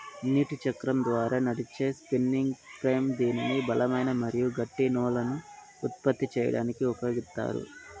నీటి చక్రం ద్వారా నడిచే స్పిన్నింగ్ ఫ్రేమ్ దీనిని బలమైన మరియు గట్టి నూలును ఉత్పత్తి చేయడానికి ఉపయోగిత్తారు